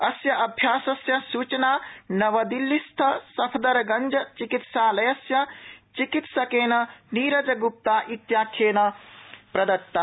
अस्य अभ्यासस्य सुचना नवदिल्लीस्थ सफदरगंज चिकित्सालयस्य चिकित्सकेन नीरज गुप्ता इत्याख्येन प्रदत्ता